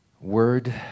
word